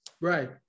Right